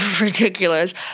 Ridiculous